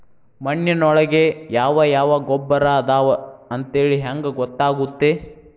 ಮಣ್ಣಿನೊಳಗೆ ಯಾವ ಯಾವ ಗೊಬ್ಬರ ಅದಾವ ಅಂತೇಳಿ ಹೆಂಗ್ ಗೊತ್ತಾಗುತ್ತೆ?